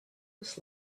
his